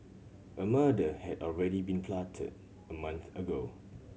a murder had already been plotted a month ago